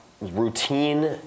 routine